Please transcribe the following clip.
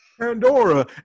Pandora